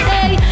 Hey